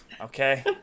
Okay